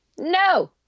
No